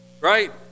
Right